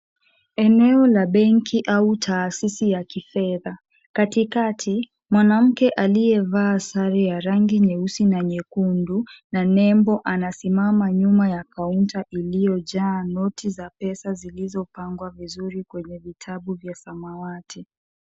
Eneo la benki au taasisi ya kifedha, katikati mwanamke aliyevaa sare ya rangi nyeusi na nyekundu na nembo anasimama nyuma ya kaunta iliojaa noti za pesa zilizopangwa vizuri kwenye vitabu vya samawati.